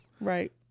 right